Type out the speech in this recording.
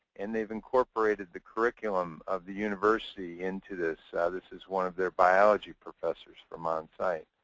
and they've incorporated the curriculum of the university into this. ah this is one of their biology professors from on-site.